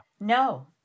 No